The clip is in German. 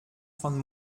von